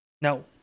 No